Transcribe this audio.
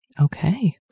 Okay